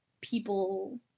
people